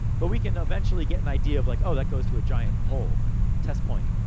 but we can eventually get an idea of like, oh, that goes to a giant whole test point.